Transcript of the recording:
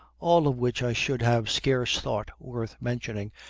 all which i should have scarce thought worth mentioning,